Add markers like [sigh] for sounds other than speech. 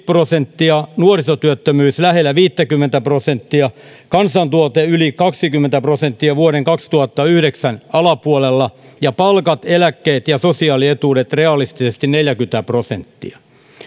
[unintelligible] prosenttia nuorisotyöttömyys lähellä viittäkymmentä prosenttia kansantuote yli kaksikymmentä prosenttia vuoden kaksituhattayhdeksän alapuolella ja palkat eläkkeet ja sosiaalietuudet realistisesti neljäkymmentä prosenttia